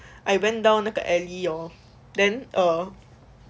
I went down 那个 alley hor then err